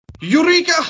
Eureka